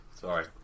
sorry